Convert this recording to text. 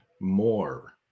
more